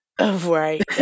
Right